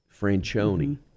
Franchoni